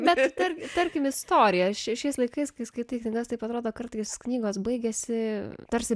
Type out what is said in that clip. bet tar tarkim istorija šiai šiais laikais kai skaitai knygas taip atrodo kartais knygos baigiasi tarsi